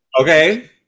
Okay